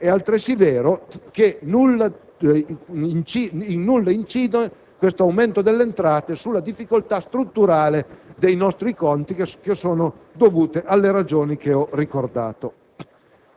è altresì vero che in nulla incide tale aumento delle entrate sulle difficoltà strutturali dei nostri conti, dovute alle ragioni che ho ricordato.